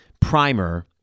primer